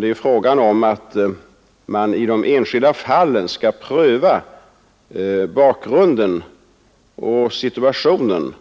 Det gäller att i de enskilda fallen pröva bakgrunden mot den situation